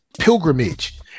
pilgrimage